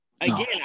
Again